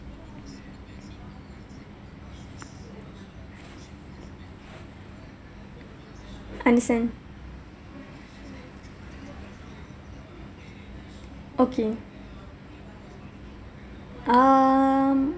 understand okay um